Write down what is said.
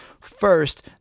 First